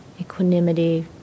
equanimity